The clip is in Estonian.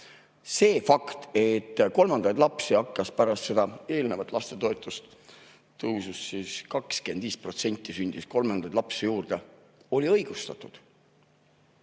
See fakt, et kolmandaid lapsi hakkas sündima pärast seda eelnevat lastetoetuse tõusu – siis sündis 25% kolmandaid lapsi juurde –, oli õigustatud.